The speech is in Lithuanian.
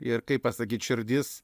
ir kaip pasakyt širdis